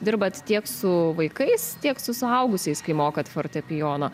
dirbat tiek su vaikais tiek su suaugusiais kai mokot fortepijoną